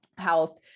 health